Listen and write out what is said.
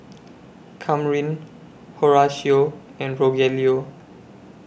Kamryn Horatio and Rogelio